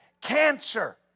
cancer